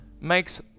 makes